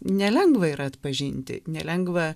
nelengva yra atpažinti nelengva